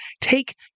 take